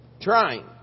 trying